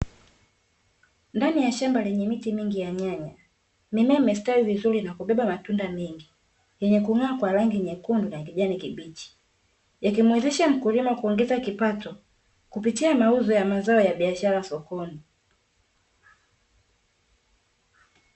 Ndani ya shamba lenye miti mingi ya nyanya, mimea imestawi vizuri na kubeba matunda mengi yenye kung'aa kwa rangi nyekundu na kijani kibichi yakimuwezesha mkulima kuongeza kipato kupitia mauzo ya mazao ya biashara sokoni.